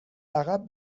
عقب